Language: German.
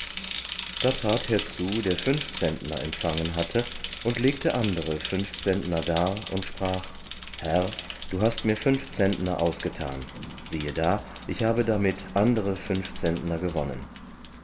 da trat herzu der fünf zentner empfangen hatte und legte andere fünf zentner dar und sprach herr du hast mir fünf zentner ausgetan siehe da ich habe damit andere fünf zentner gewonnen